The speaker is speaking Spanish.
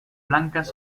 blancas